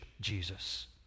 Jesus